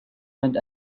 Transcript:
went